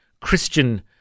Christian